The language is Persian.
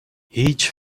هیچ